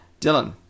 Dylan